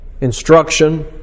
instruction